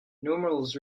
numerals